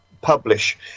publish